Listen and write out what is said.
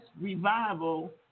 revival